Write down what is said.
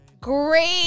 Great